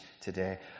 today